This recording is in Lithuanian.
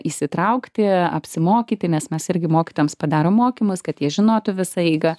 įsitraukti apsimokyti nes mes irgi mokytojams padarom mokymus kad jie žinotų visą eigą